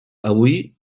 avui